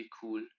cool